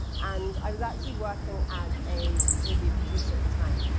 and i was actually working as a tv producer at the time,